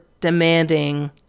demanding